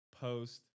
post